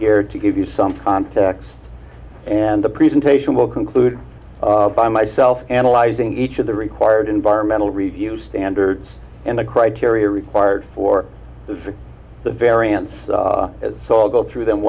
here to give you some context and the presentation will conclude by myself analyzing each of the required environmental review standards and the criteria required for the variance so all go through them